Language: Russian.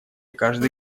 каждый